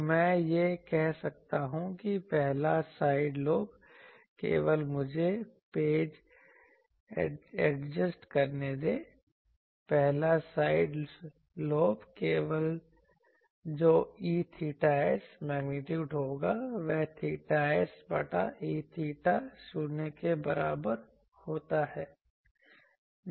तो मैं कह सकता हूं कि पहला साइड लोब लेवल मुझे पेज एडजस्ट करने दें पहला साइड लोब लेवल जो E𝚹s मेग्नीट्यूड होगा वह 𝚹s बटा E𝚹 theta 0 के बराबर होता है